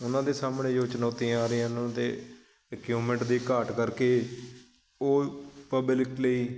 ਉਹਨਾਂ ਦੇ ਸਾਹਮਣੇ ਜੋ ਚੁਣੌਤੀਆਂ ਆ ਰਹੀਆਂ ਹਨ ਉਹਨਾਂ ਅਤੇ ਇਕਿਊਮੈਂਟ ਦੀ ਘਾਟ ਕਰਕੇ ਉਹ ਪਬਲਿਕ ਲਈ